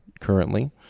currently